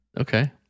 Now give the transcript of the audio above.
Okay